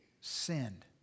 sinned